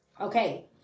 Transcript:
Okay